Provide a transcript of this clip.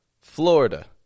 Florida